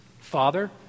Father